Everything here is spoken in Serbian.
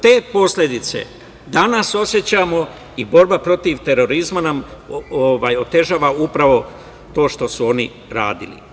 Te posledice danas osećamo i borba protiv terorizma nam otežava upravo to što su oni radili.